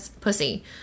pussy